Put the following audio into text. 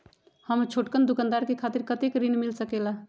हम छोटकन दुकानदार के खातीर कतेक ऋण मिल सकेला?